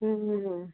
হ্যাঁ